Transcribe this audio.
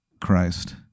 Christ